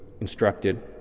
instructed